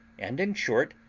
and, in short,